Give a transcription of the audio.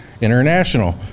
international